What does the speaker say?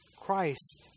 Christ